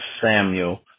Samuel